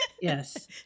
yes